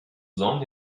long